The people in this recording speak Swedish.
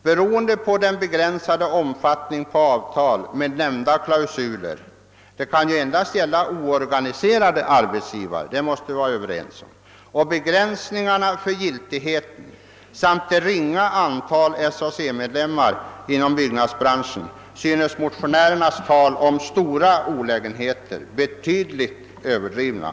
Med hänsyn till den begrän sadé omfattningen äv avtalen med nämnda klausul — de kan ju endast avse oorganiserade arbetsgivare — be gränsningarna i deras giltighet samt det ringa antalet SAC-medlemmar inom byggnadsbranschen synes motionärernas tal om stora olägenheter betydligt överdrivet.